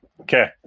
Okay